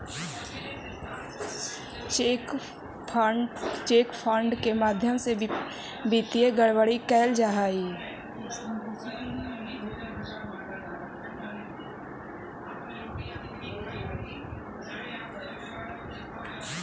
cheque fraud के माध्यम से वित्तीय गड़बड़ी कैल जा हइ